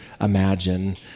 imagine